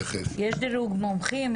יש דירוג מומחים,